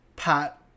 Pat